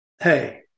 hey